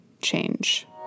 change